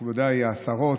מכובדיי, השרות,